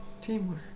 Teamwork